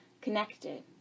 connected